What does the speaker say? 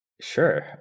Sure